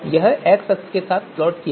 यह एक्स अक्ष के साथ प्लॉट किया जा रहा है